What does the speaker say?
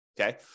Okay